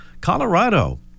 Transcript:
Colorado